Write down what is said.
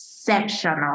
Exceptional